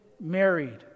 married